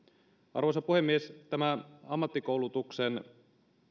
arvoisa puhemies tämä ammattikoulutuksen